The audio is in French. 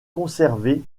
conservé